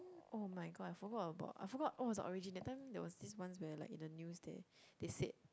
[oh]-my-god I forgot about I forgot what was the origin that time there was this once where like in the news they they said